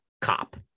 cop